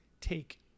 take